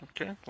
Okay